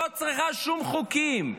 לא צריכה שום חוקים,